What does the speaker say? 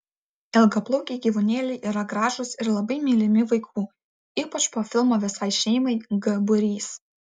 ilgaplaukiai gyvūnėliai yra gražūs ir labai mylimi vaikų ypač po filmo visai šeimai g būrys